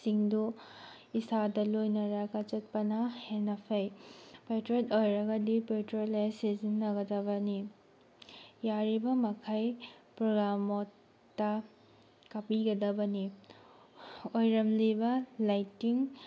ꯁꯤꯡꯗꯨ ꯏꯁꯥꯗ ꯂꯣꯏꯅꯔꯒ ꯆꯠꯄꯅ ꯍꯦꯟꯅ ꯐꯩ ꯄꯣꯇ꯭ꯔꯦꯠ ꯑꯣꯏꯔꯒꯗꯤ ꯄꯣꯇ꯭ꯔꯦꯠ ꯂꯦꯁ ꯁꯤꯖꯤꯟꯅꯒꯗꯕꯅꯤ ꯌꯥꯔꯤꯕꯃꯈꯩ ꯄ꯭ꯔꯣꯒꯥ ꯃꯣꯗꯇ ꯀꯥꯞꯄꯤꯒꯗꯕꯅꯤ ꯑꯣꯏꯔꯝꯂꯤꯕ ꯂꯥꯏꯠꯇꯤꯡ